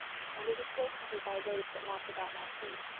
and it was still covered by waves that lapped about my feet.